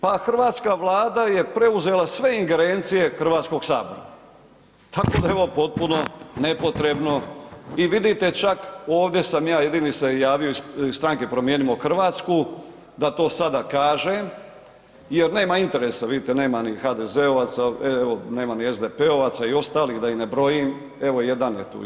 Pa Hrvatska vlada je preuzela sve ingerencije Hrvatskog sabora, tako da je ovo potpuno nepotrebno i vidite čak ovdje sam ja jedini se javio iz stranke Promijenimo Hrvatsku da to sada kažem, jer nema interesa vidite nema ni HDZ-ovaca, evo nema ni SDP-ovaca i ostalih da ih ne brojim, evo jedan je tu.